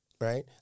right